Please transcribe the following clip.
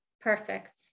perfect